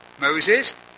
Moses